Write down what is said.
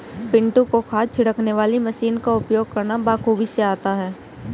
पिंटू को खाद छिड़कने वाली मशीन का उपयोग करना बेखूबी से आता है